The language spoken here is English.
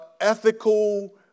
ethical